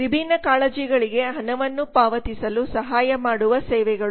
ವಿಭಿನ್ನ ಕಾಳಜಿಗಳಿಗೆ ಹಣವನ್ನು ಪಾವತಿಸಲು ಸಹಾಯ ಮಾಡುವ ಸೇವೆಗಳು